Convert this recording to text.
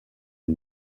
est